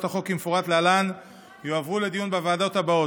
החוק כמפורט להלן יועברו לדיון בוועדות הבאות: